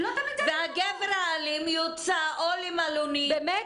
והגבר האלים יוצא או למלונית של קורונה --- באמת?